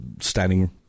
standing